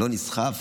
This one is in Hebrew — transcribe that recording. לא נסחפת?